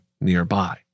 nearby